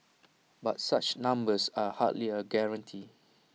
but such numbers are hardly A guarantee